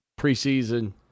preseason